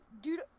Dude